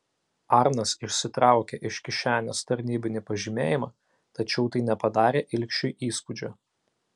arnas išsitraukė iš kišenės tarnybinį pažymėjimą tačiau tai nepadarė ilgšiui įspūdžio